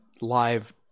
live